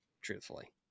truthfully